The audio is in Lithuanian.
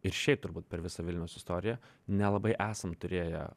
ir šiaip turbūt per visą vilniaus istoriją nelabai esam turėję